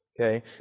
okay